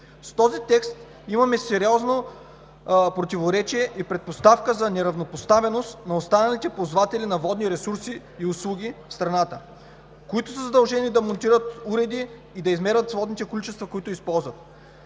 С този текст имаме сериозно противоречие и предпоставка за неравнопоставеност на останалите ползватели на водни ресурси и услуги в страната, които са задължени да монтират уреди и да измерват водните количества, които използват.